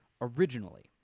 originally